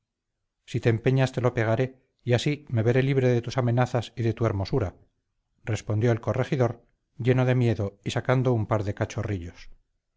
si te empeñas te lo pegaré y así me veré libre de tus amenazas y de tu hermosura respondió el corregidor lleno de miedo y sacando un par de cachorrillos